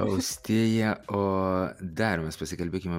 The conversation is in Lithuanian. austėja o dar mes pasikalbėkime